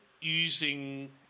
using